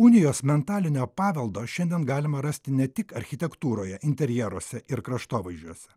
unijos mentalinio paveldo šiandien galima rasti ne tik architektūroje interjeruose ir kraštovaizdžiuose